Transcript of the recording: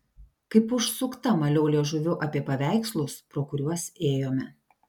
kaip užsukta maliau liežuviu apie paveikslus pro kuriuos ėjome